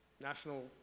national